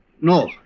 No